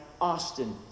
Austin